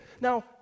Now